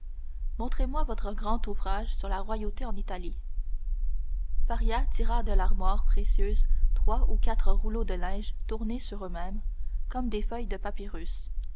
montrez-moi votre grand ouvrage sur la royauté en italie faria tira de l'armoire précieuse trois ou quatre rouleaux de linge tournés sur eux-mêmes comme des feuilles de